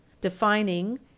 defining